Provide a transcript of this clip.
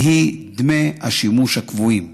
והיא "דמי השימוש הקבועים".